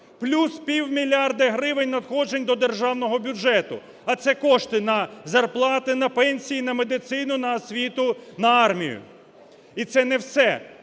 Плюс півмільярда гривень надходжень до державного бюджету. А це кошти на зарплати, на пенсії, на медицину, на освіту, на армію. І це не все.